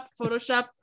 Photoshop